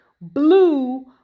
blue